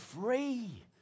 free